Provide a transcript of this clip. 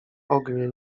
ognie